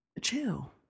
chill